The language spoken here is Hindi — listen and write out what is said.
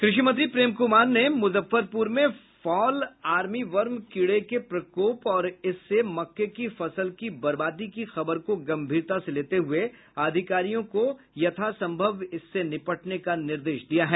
कृषि मंत्री प्रेम कुमार ने मुजफ्फरपुर में फॉल आर्मीवार्म कीड़े के प्रकोप और इससे मक्के की फसल की बर्बादी की खबर को गंभीरता से लेते हुए अधिकारियों को इससे यथासंभव निपटने का निर्देश दिया है